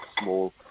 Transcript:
small